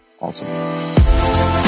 Awesome